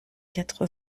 quatre